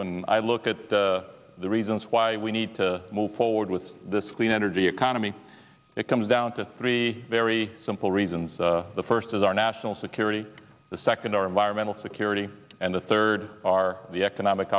when i look at the reasons why we need to move forward with this clean energy economy it comes down to three very simple reasons the first is our national security the second are environmental security and the third are the economic